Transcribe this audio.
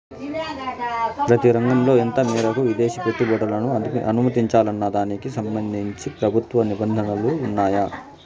ప్రతి రంగంలో ఎంత మేరకు విదేశీ పెట్టుబడులను అనుమతించాలన్న దానికి సంబంధించి ప్రభుత్వ నిబంధనలు ఉన్నాయా?